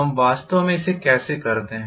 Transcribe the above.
हम वास्तव में इसे कैसे करते हैं